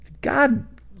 God